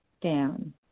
down